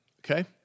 okay